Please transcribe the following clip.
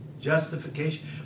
Justification